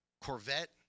Corvette